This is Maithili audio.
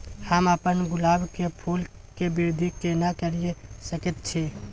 हम अपन गुलाब के फूल के वृद्धि केना करिये सकेत छी?